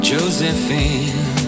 Josephine